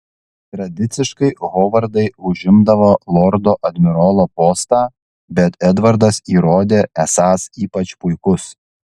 tradiciškai hovardai užimdavo lordo admirolo postą bet edvardas įrodė esąs ypač puikus